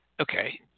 Okay